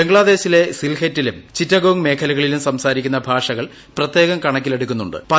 ബംഗ്ലാദേശിലെ സിൽഹെറ്റിലും ചിറ്റഗോങ് മേഖലകളിലും സംസാരിക്കുന്ന ഭാഷകൾ പ്രത്യേകം കണക്കിലെടുക്കുന്നു്